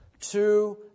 two